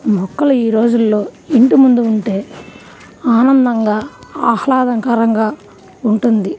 మొక్కలు ఈరోజుల్లో ఇంటి ముందు ఉంటే ఆనందంగా ఆహ్లాదకరంగా ఉంటుంది